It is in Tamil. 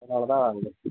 அதனால தான் அங்கே